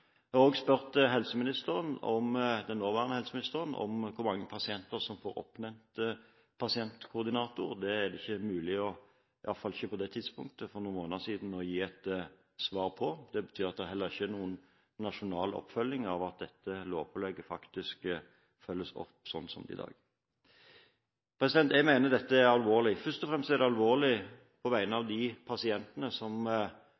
Jeg har også spurt den nåværende helseministeren om hvor mange pasienter som får oppnevnt pasientkoordinator. Det var det for noen måneder siden ikke mulig å få et svar på. Det betyr at det heller ikke er noen nasjonal oppfølging av dette lovpålegget slik det er i dag. Jeg mener dette er alvorlig. Først og fremst er det alvorlig for de pasientene som